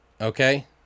okay